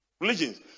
religions